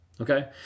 Okay